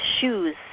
shoes